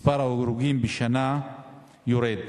מספר ההרוגים בשנה יורד.